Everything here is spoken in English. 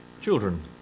children